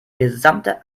gesamte